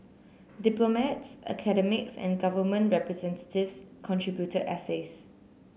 diplomats academics and government representatives contributed essays